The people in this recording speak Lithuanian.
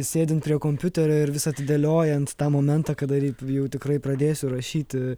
sėdint prie kompiuterio ir vis atidėliojant tą momentą kada jau tikrai pradėsiu rašyti